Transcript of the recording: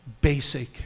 basic